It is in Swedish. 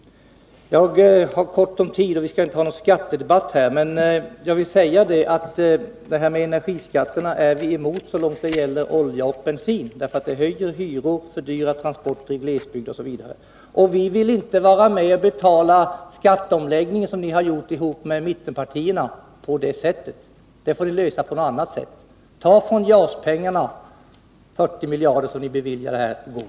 Jag har ont om tid, och vi skall inte ha någon skattedebatt här. Men jag vill säga att vi är emot energiskattehöjningen så långt det gäller olja och bensin, eftersom den höjer hyror, fördyrar transporter i glesbygd, osv. Vi vill inte vara med och betala den skatteomläggning som ni gjorde tillsammans med mittenpartierna på det sättet. Det får ni lösa på något annat sätt. de 40 miljarder till JAS som ni beviljade i går!